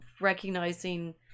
recognizing